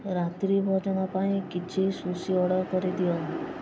ରାତ୍ରିଭୋଜନ ପାଇଁ କିଛି sushi order କରିଦିଅ